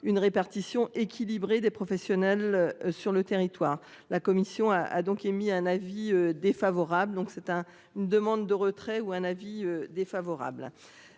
une répartition équilibrée des professionnels sur le territoire. La commission a a donc émis un avis défavorable, donc c'est un, une demande de retrait ou un avis défavorable.